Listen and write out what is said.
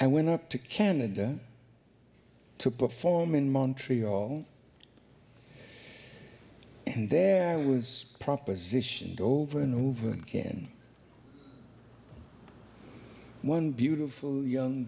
i went up to canada to perform in montreal and there was propositioned over and over again one beautiful young